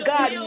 God